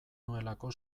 nuelako